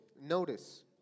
Notice